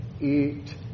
eat